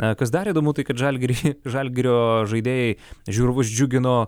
o kas dar įdomu tai kad žalgiris šį žalgirio žaidėjai žiūrovus džiugino